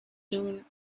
soon